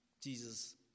Jesus